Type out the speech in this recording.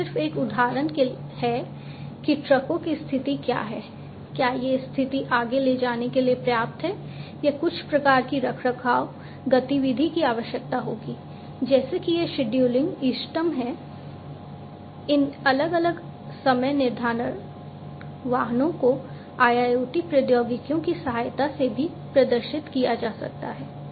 यह सिर्फ एक उदाहरण है कि ट्रकों की स्थिति क्या है क्या ये स्थिति आगे ले जाने के लिए पर्याप्त है या कुछ प्रकार की रखरखाव गतिविधि की आवश्यकता होगी जैसे कि यह शेड्यूलिंग इष्टतम है इन अलग अलग समय निर्धारण वाहनों को IIoT प्रौद्योगिकियों की सहायता से भी प्रदर्शित किया जा सकता है